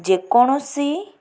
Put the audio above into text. ଯେକୌଣସି